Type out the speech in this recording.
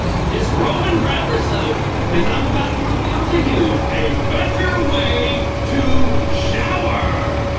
disrobe and grab the soap because i'm about to reveal to you a better way to shower.